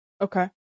Okay